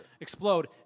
Explode